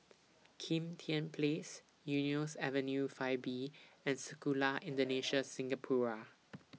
Kim Tian Place Eunos Avenue five B and Sekolah Indonesia Singapura